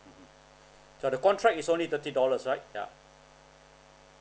so the contract is only thirty dollars right yeah